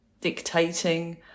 dictating